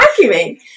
vacuuming